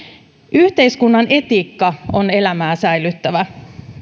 yhteiskunnan etiikka on elämää säilyttävää